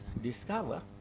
discover